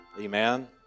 Amen